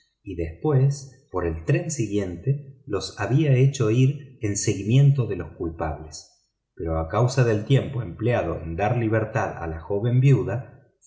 y después por el tren siguiente los había hecho ir en seguimiento de los culpables pero a causa del tiempo empleado en dar libertad a la joven viuda